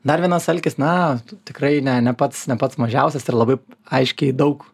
dar vienas alkis na tu tikrai ne ne pats ne pats mažiausias ir labai aiškiai daug